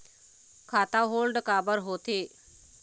खाता होल्ड काबर होथे?